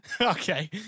Okay